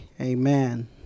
Amen